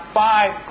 five